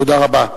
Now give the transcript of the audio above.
תודה רבה.